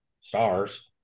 stars